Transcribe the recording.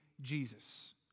Jesus